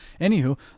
Anywho